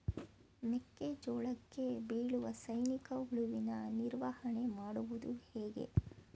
ಮೆಕ್ಕೆ ಜೋಳಕ್ಕೆ ಬೀಳುವ ಸೈನಿಕ ಹುಳುವಿನ ನಿರ್ವಹಣೆ ಮಾಡುವುದು ಹೇಗೆ?